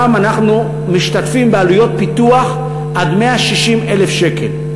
שם אנחנו משתתפים בעלויות פיתוח עד 160,000 שקל.